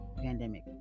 Pandemic